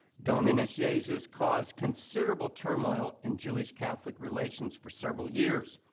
dominus yeah iesus caused considerable turmoil in jewish-catholic relations for several years.